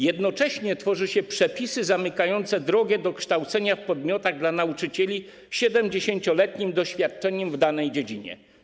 Jednocześnie tworzy się przepisy zamykające drogę do kształcenia w podmiotach dla nauczycieli z 70-letnim doświadczeniem w danej dziedzinie.